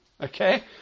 okay